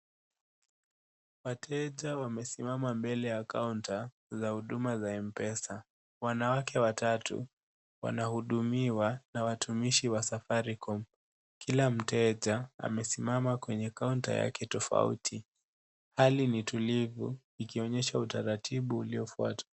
Wateja wamesimama mbele ya kaonta za huduma za mpesa ,wanawake watatu wanahudumiwa na watumishi wa safaricom kila mteja amesimama kwenye kaonta yake tofauti hali ni tulivu ikionyesha utulivu uliofuata.